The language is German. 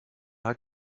hat